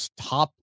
top